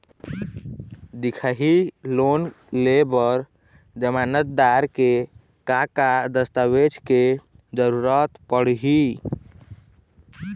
दिखाही लोन ले बर जमानतदार के का का दस्तावेज के जरूरत पड़ही?